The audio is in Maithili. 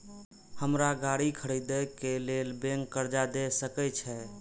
हमरा गाड़ी खरदे के लेल बैंक कर्जा देय सके छे?